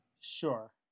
Sure